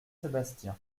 sébastien